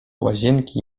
łazienki